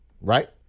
Right